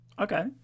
Okay